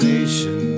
Nation